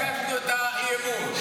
על זה הגשנו את האי-אמון, אז אתה מודה.